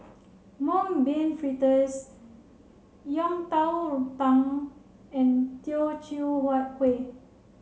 Mung Bean Fritters Yang Dang Tang and Teochew Huat Kuih